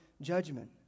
judgment